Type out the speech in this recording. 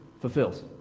fulfills